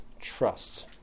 trust